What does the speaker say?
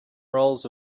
rolls